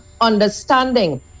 understanding